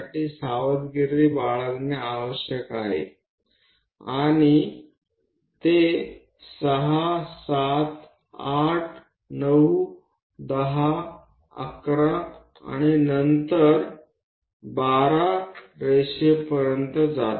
કોઈને પણ આ રચાયેલી લીટીઓ સાથે કાળજી રાખવી પડશે અને તે છેલ્લે સુધી 6 7 8 9 11 અને પછી 12 લીટીઓ સુધી જાય છે